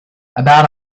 about